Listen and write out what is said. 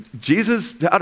Jesus